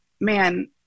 man